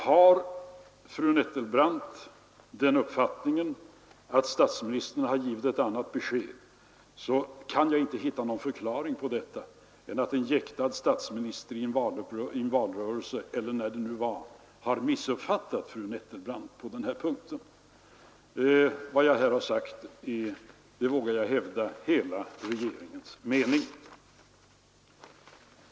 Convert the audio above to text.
Har fru Nettelbrandt den uppfattningen att statsministern har givit ett annat besked kan jag inte hitta någon annan förklaring till detta än att en jäktad statsminister i en valrörelse, eller när det nu var, har missuppfattat fru Nettelbrandt på den här punkten. Vad jag här har sagt är — det vågar jag hävda — hela regeringens mening.